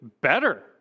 better